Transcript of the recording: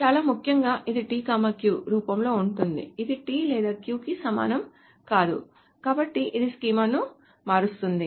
చాలా ముఖ్యంగా ఇది t q రూపంలో ఉంటుంది ఇది t లేదా q కి సమానం కాదు కాబట్టి ఇది స్కీమాను మారుస్తుంది